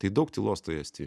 tai daug tylos toj estijoj